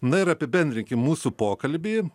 na ir apibendrinkim mūsų pokalbį